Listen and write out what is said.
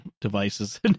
devices